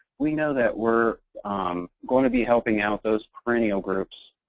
we know that we're um going to be helping out those perennial groups